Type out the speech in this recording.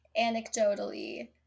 anecdotally